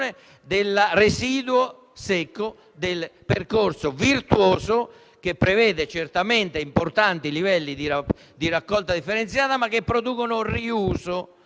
del residuo secco del percorso virtuoso, che prevede certamente importanti livelli di raccolta differenziata, ma che producono un riuso